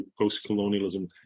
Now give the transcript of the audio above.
post-colonialism